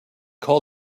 call